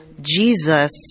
Jesus